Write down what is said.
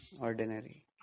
Ordinary